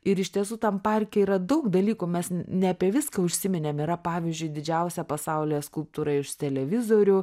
ir iš tiesų tam parke yra daug dalykų mes ne apie viską užsiminėm yra pavyzdžiui didžiausia pasaulyje skulptūra iš televizorių